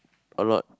a lot